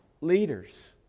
leaders